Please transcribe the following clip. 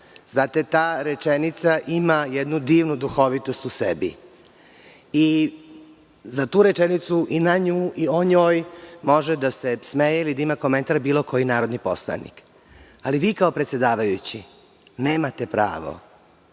Znate, ta rečenica ima jednu divnu duhovitost u sebi i za tu rečenicu, i na nju, i o njoj, može da se smeje ili da ima komentar bilo koji narodni poslanik. Ali vi, kao predsedavajući, nemate pravo